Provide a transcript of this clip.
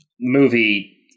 movie